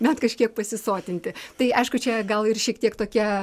bent kažkiek pasisotinti tai aišku čia gal ir šiek tiek tokia